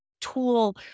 tool